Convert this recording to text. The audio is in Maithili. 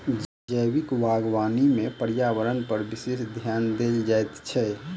जैविक बागवानी मे पर्यावरणपर विशेष ध्यान देल जाइत छै